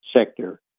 sector